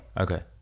Okay